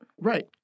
Right